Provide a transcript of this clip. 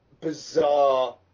bizarre